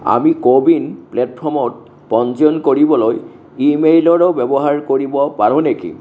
আমি কোৱিন প্লে'টফৰ্মত পঞ্জীয়ন কৰিবলৈ ই মেইলৰো ব্যৱহাৰ কৰিব পাৰোঁ নেকি